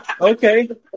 Okay